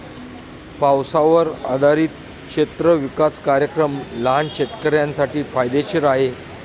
पावसावर आधारित क्षेत्र विकास कार्यक्रम लहान शेतकऱ्यांसाठी फायदेशीर आहे